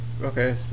Okay